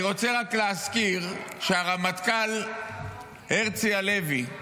אני רוצה רק להזכיר שהרמטכ"ל הרצי הלוי,